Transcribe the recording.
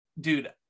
dude